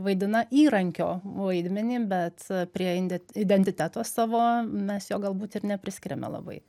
vaidina įrankio vaidmenį bet a prie inde identiteto savo mes jo galbūt ir nepriskiriame labai